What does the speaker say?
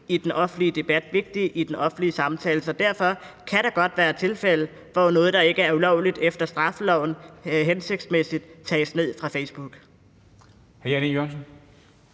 i den offentlige debat, vigtigt i den offentlige samtale. Så derfor kan der godt være tilfælde, hvor noget, der ikke er ulovligt efter straffeloven, hensigtsmæssigt tages ned fra Facebook.